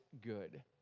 good